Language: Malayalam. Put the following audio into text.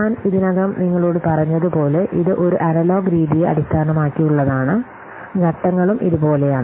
ഞാൻ ഇതിനകം നിങ്ങളോട് പറഞ്ഞതുപോലെ ഇത് ഒരു അനലോഗ് രീതിയെ അടിസ്ഥാനമാക്കിയുള്ളതാണ് ഘട്ടങ്ങളും ഇതുപോലെയാണ്